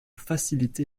facilité